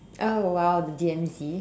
oh !wow! the D_M_Z